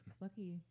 Lucky